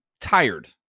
tired